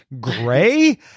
Gray